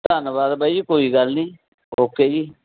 ਧੰਨਵਾਦ ਬਾਈ ਜੀ ਕੋਈ ਗੱਲ ਨਹੀਂ ਓਕੇ ਜੀ